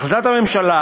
החלטת הממשלה,